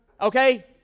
Okay